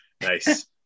Nice